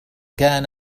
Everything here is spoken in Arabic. كان